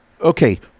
Okay